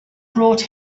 brought